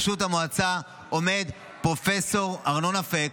בראשות המועצה עומד פרופ' ארנון אפק,